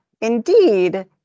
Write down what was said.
indeed